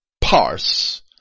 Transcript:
parse